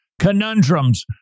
conundrums